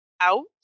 out